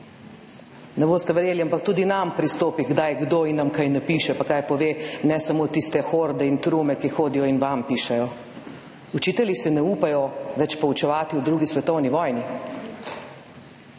Ne boste verjeli, ampak tudi k nam pristopi kdaj kdo in nam kaj napiše pa kaj pove, ne samo tiste horde in trume, ki hodijo in pišejo vam. Učitelji se ne upajo več poučevati o drugi svetovni vojni,